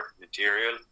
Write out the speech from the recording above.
material